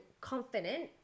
confident